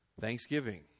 Thanksgiving